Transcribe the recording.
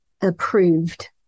approved